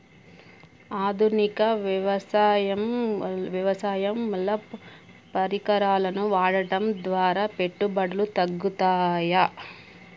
ఆధునిక వ్యవసాయ పరికరాలను వాడటం ద్వారా పెట్టుబడులు తగ్గుతయ?